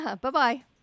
Bye-bye